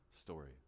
story